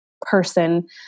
person